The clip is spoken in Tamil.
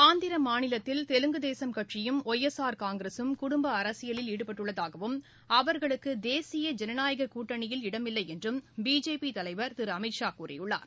ஆந்திர மாநிலத்தில் தெலுங்கு தேசம் கட்சியும் ஒய் எஸ் ஆர் காங்கிரஸும் குடும்ப அரசியலில் ஈடுபட்டுள்ளதாகவும் அவர்களுக்கு தேசிய ஜனநாயகக் கூட்டணியில் இடமில்லை என்றும் பிஜேபி தலைவர் திரு அமித்ஷா கூறியுள்ளார்